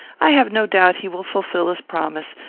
i have no doubt he will fulfil his promise,